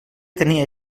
tenia